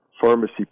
pharmacy